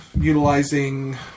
utilizing